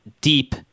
deep